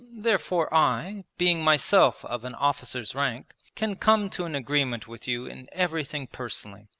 therefore i, being myself of an officer's rank, can come to an agreement with you in everything personally,